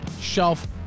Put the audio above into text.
shelf